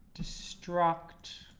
destruct